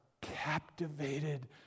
captivated